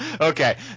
Okay